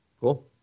cool